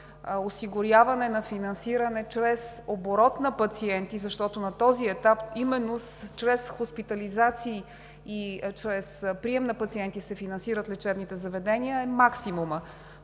осигуряване на финансиране чрез оборот на пациенти, защото на този етап именно чрез хоспитализации и чрез прием на пациенти се финансират лечебните заведения, е максимумът.